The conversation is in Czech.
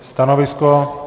Stanovisko?